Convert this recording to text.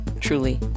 truly